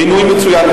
מינוי מצוין.